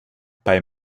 bei